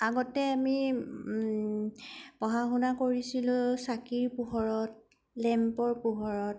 আগতে আমি পঢ়া শুনা কৰিছিলোঁ চাকিৰ পোহৰত লেম্পৰ পোহৰত